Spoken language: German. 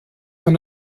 von